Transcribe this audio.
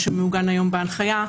מה שמעוגן היום בהנחיה,